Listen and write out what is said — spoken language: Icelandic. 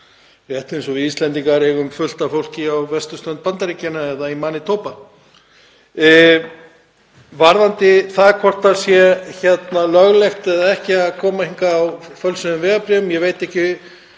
rétt eins og við Íslendingar eigum fullt af fólki á vesturströnd Bandaríkjanna eða í Manitoba. Varðandi hvort það sé löglegt eða ekki að koma hingað á fölsuðum vegabréfum.